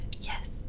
Yes